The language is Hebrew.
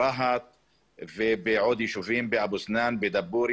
בחיים עד שהכבאית הגיעה מכרמיאל.